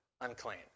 unclean